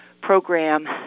program